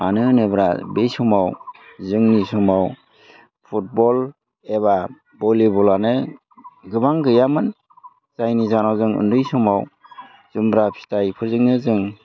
मानो होनोब्ला बै समाव जोंनि समाव फुटबल एबा भलिबलानो गोबां गैयामोन जायनि जाहोनाव जों उन्दै समाव जुमब्रा फिथाइफोरजोंनो जों